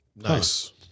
Nice